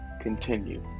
continue